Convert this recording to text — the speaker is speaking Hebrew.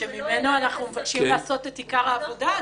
שממנו אנחנו מבקשים לעשות את עיקר העבודה,